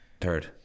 third